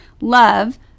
love